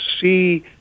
see